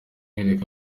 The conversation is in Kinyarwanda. umwereka